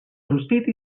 rostit